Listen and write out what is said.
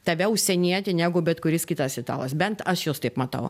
tave užsienietį negu bet kuris kitas italas bent aš juos taip matau